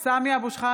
(קוראת בשמות חברי הכנסת) סמי אבו שחאדה,